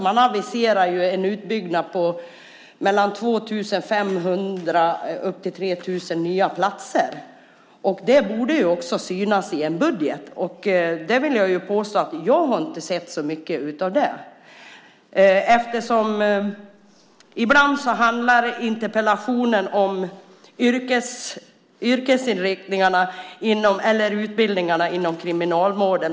Man aviserar en utbyggnad på mellan 2 500 och 3 000 nya platser. Det borde också synas i en budget. Och jag vill påstå att jag inte har sett så mycket av det. Ibland handlar interpellationen om yrkesutbildningarna inom kriminalvården.